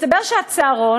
מסתבר שהצהרון,